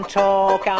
talk